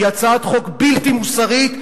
היא הצעת חוק בלתי מוסרית,